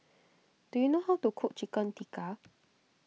do you know how to cook Chicken Tikka